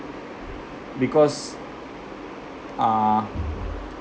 because uh